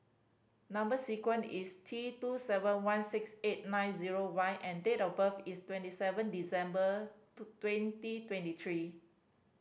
number sequence is T two seven one six eight nine zero Y and date of birth is twenty seven December twenty twenty three